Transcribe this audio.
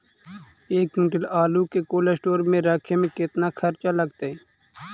एक क्विंटल आलू के कोल्ड अस्टोर मे रखे मे केतना खरचा लगतइ?